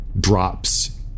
drops